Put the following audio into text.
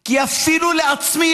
כי אפילו לעצמי,